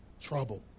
trouble